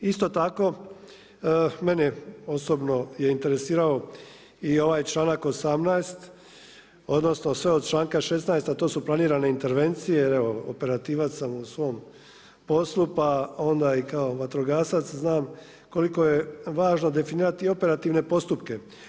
Isto tako, mene osobno je interesirao i ovaj članak 18. odnosno sve od članka 16. a to su planirane intervencije, jer evo operativac sam u svom poslu pa onda i kao vatrogasac znam koliko je važno definirati i operativne postupke.